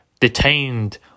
detained